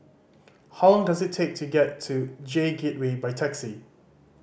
how long does it take to get to J Gateway by taxi